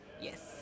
Yes